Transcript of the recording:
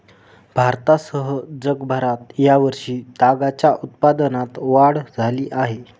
भारतासह जगभरात या वर्षी तागाच्या उत्पादनात वाढ झाली आहे